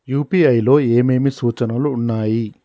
UPI లో ఏమేమి సూచనలు ఉన్నాయి?